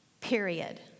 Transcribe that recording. period